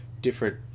different